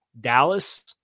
Dallas